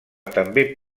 també